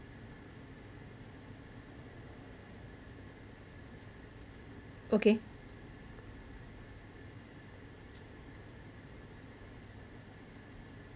okay